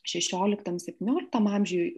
šešioliktam septynioliktam amžiuj